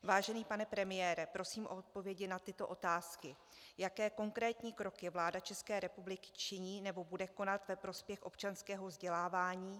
Vážený pane premiére, prosím o odpovědi na tyto otázky: Jaké konkrétní kroky vláda České republiky činí nebo bude konat ve prospěch občanského vzdělávání?